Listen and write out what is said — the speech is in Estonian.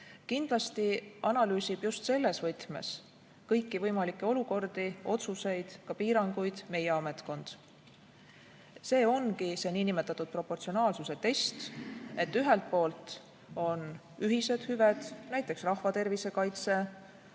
Kindlasti analüüsib just selles võtmes kõiki võimalikke olukordi, otsuseid, ka piiranguid meie ametkond. See ongi see nn proportsionaalsuse test, et ühelt poolt on ühised hüved, näiteks rahvatervise kaitse,